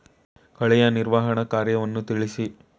ಕಳೆಯ ನಿರ್ವಹಣಾ ಕಾರ್ಯವನ್ನು ತಿಳಿಸಿ?